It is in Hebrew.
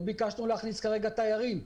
לא ביקשנו להכניס כרגע תיירים,